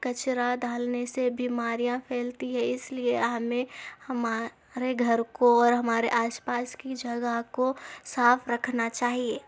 کچرا ڈالنے سے بیماریاں پھیلتی ہیں اس لیے ہمیں ہمارے گھر کو اور ہمارے آس پاس کی جگہ کو صاف رکھنا چاہیے